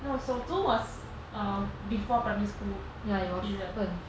no 手足 was err before primary school period